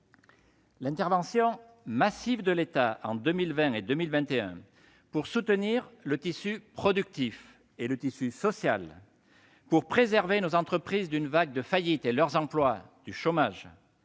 L'intervention massive de l'État, en 2020 et 2021, pour soutenir le tissu productif et le tissu social, pour préserver nos entreprises d'une vague de faillites et leurs salariés du chômage,